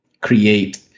create